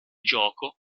gioco